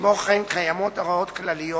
כמו כן, קיימות הוראות כלליות